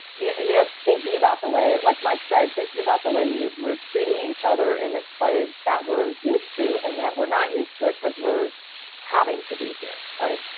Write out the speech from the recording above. you know, thinking about the way. like mike said, thinking about the way we're we're treating each other in this place that we're used to. and yet we're not used to it because we're having to be here. right?